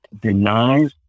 denies